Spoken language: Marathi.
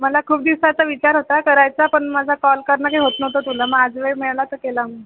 मला खूप दिवस असा विचार होता करायचा पण माझा कॉल करणं काय होत नव्हतं तुला मग आज वेळ मिळाला तर केला